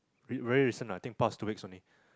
ver~ very recent lah I think past two weeks only